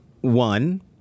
one